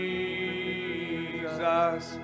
Jesus